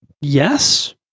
Yes